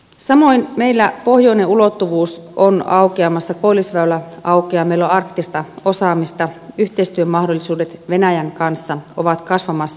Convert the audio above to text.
samoin meillä pohjoinen ulottuvuus on aukeamassa koillisväylä aukeaa meillä on arktista osaamista yhteistyömahdollisuudet venäjän kanssa ovat kasvamassa